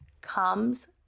comes